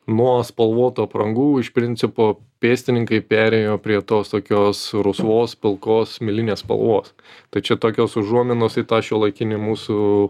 nuo spalvotų aprangų iš principo pėstininkai perėjo prie tos tokios rusvos pilkos smėlinės spalvos tai čia tokios užuominos į tą šiuolaikinį mūsų